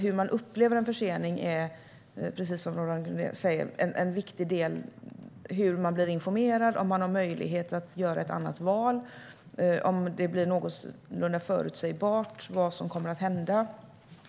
Hur man upplever en försening är, precis som Roland Gustbée säger, en viktig del. Det handlar om hur man blir informerad, om man har möjlighet att göra ett annat val och om det blir någorlunda förutsägbart vad som kommer att hända.